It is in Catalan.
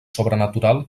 sobrenatural